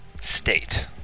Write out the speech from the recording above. state